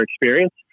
experience